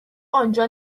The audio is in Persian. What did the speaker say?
آنجا